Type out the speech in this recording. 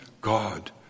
God